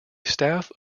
staff